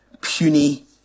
puny